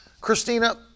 Christina